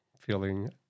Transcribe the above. feeling